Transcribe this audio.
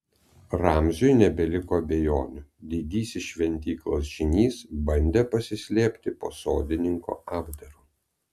ramziui nebeliko abejonių didysis šventyklos žynys bandė pasislėpti po sodininko apdaru